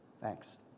Thanks